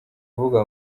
uvuga